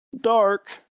dark